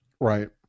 Right